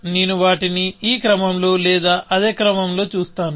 నేను వాటిని ఈ క్రమంలో లేదా అదే క్రమంలో చూస్తాను